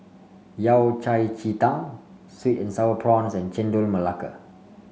Yao Cai Ji Tang sweet and sour prawns and Chendol Melaka